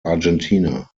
argentina